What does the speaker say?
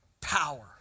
power